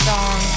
Song